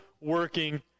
working